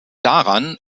daran